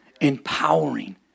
empowering